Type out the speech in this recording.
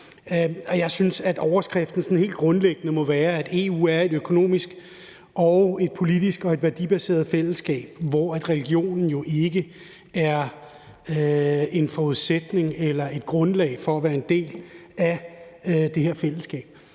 Jeg synes, at overskriften sådan helt grundlæggende må være, at EU er et økonomisk, politisk og værdibaseret fællesskab, hvor religion jo ikke er en forudsætning eller et grundlag for at være en del af det her fællesskab.